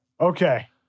Okay